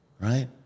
Right